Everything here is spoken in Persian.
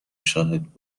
شاهد